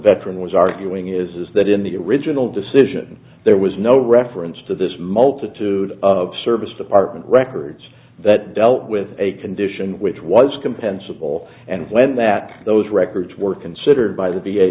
veteran was arguing is that in the original decision there was no reference to this multitude of service department records that dealt with a condition which was compensable and when that those records were considered by the